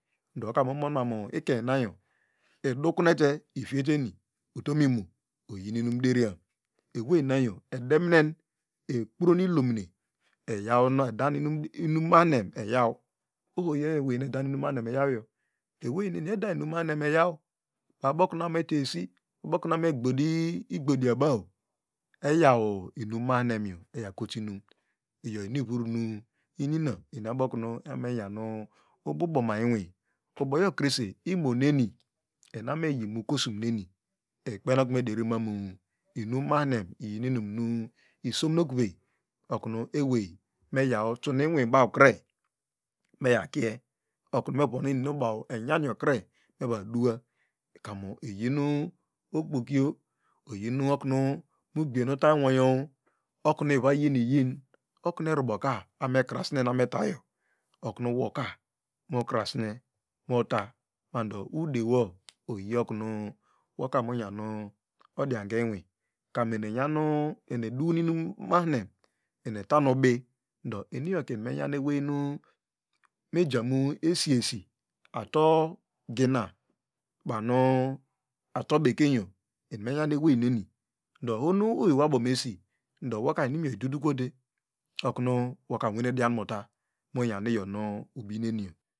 Ndo woka mu mummaru ikeny najo idukunete ifieteni utomino oyin inumdenam eway ngo wsemu ekpo ilomonine eyaw edan inurr mahine iyaw ohoyo nu ewena eda yaw yo eweni edainumahine eyaw abokunu meta esi abokuru abo megbodi igbodiabaw eyaw inumahine yo eyaw kotoinum iyo nwavammu inina emi abo kunu me nyanu ububoma inwi uboyo krese imoneni emnabomeyi mi iko sumemi ikpeneokun me deri mam inumahine iyi mi imumisomnokweni okunu awey meyaw tumi inwibaw kre megake okunu baw meyaw tunuinim baw eyam urw meva dua konu oyinu okpoki yo oyinu olan mu gbiene utarwayo okun ivayiniyin okunu eruboka rkrasne aboretayo okunu woka mukrene muta ndo udewo oyoknu woka munyan odiaka inwi komu eni enyan eni edu mumahine enitan ubi ndo enioka enimenya weynu mejane siesi ato gina bano atobekayo enimenya eweneni ndo ohonu owewo abomesi ndo woka inumyo idudukwote okunu woka unwane dinauta munyan iyan ubinenion.